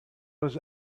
was